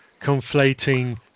conflating